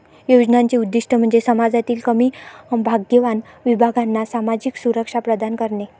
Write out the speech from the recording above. योजनांचे उद्दीष्ट म्हणजे समाजातील कमी भाग्यवान विभागांना सामाजिक सुरक्षा प्रदान करणे